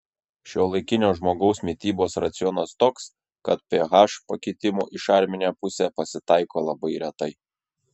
šiuolaikinio žmogaus mitybos racionas toks kad ph pakitimų į šarminę pusę pasitaiko labai retai